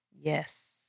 Yes